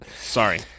Sorry